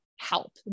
help